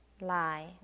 lie